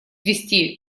вести